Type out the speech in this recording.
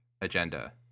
agenda